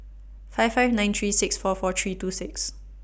five five nine three six four four three two six